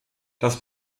das